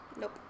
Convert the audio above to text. Nope